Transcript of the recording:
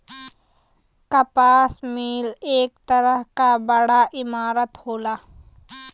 कपास मिल एक तरह क बड़ा इमारत होला